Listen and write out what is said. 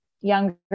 younger